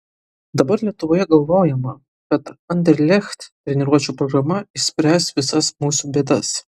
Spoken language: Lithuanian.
dabar lietuvoje galvojama kad anderlecht treniruočių programa išspręs visas mūsų bėdas